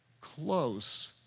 close